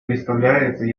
представляется